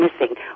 missing